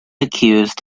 accused